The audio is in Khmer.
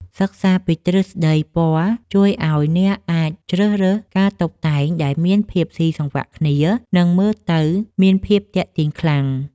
សិក្សាពីទ្រឹស្ដីពណ៌ជួយឱ្យអ្នកអាចជ្រើសរើសការតុបតែងដែលមានភាពស៊ីសង្វាក់គ្នា និង មើលទៅមានភាពទាក់ទាញខ្លាំង។